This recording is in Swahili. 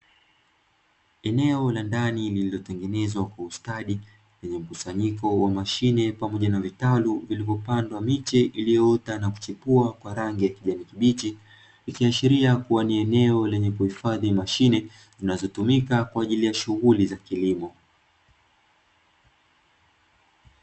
Eneo la ndani lililotengenezwa kwa ustadi, lenye mkusanyiko wa mashine pamoja na vitalu, vilivyopandwa miche iliyoota na kuchanua kwa rangi ya kijani kibichi, ikiashiria kua ni eneo la kuhifadhi mashine zinazotumika kwa ajili ya shughuli za kilimo.